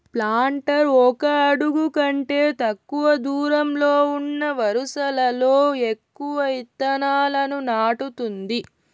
planter ఒక అడుగు కంటే తక్కువ దూరంలో ఉన్న వరుసలలో ఎక్కువ ఇత్తనాలను నాటుతుంది